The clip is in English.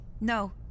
No